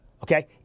Okay